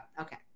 Okay